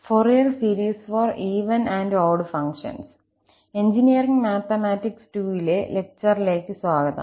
Fourier series for even and odd functions engineering mathematics II ലെ ലക്ചർലേക്ക് സ്വാഗതം